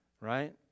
right